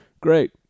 Great